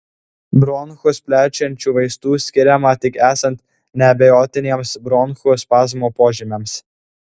bronchus plečiančių vaistų skiriama tik esant neabejotiniems bronchų spazmo požymiams